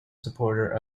supporter